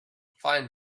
find